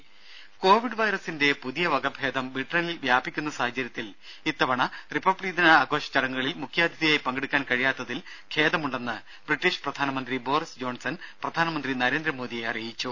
ദ്ദേ കോവിഡ് വൈറസിന്റെ പുതിയ വകഭേദം ബ്രിട്ടണിൽ വ്യാപിക്കുന്ന സാഹചര്യത്തിൽ ഇത്തവണ റിപ്പബ്ലിക്ദിന ആഘോഷ ചടങ്ങുകളിൽ മുഖ്യാതിഥിയായി പങ്കെടുക്കാൻ കഴിയാത്തതിൽ ഖേദമുണ്ടെന്ന് ബ്രിട്ടീഷ് പ്രധാനമന്ത്രി ബോറിസ് ജോൺസൺ പ്രധാനമന്ത്രി നരേന്ദ്രമോദിയെ അറിയിച്ചു